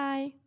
Bye